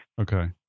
Okay